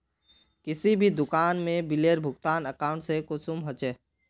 किसी भी दुकान में बिलेर भुगतान अकाउंट से कुंसम होचे?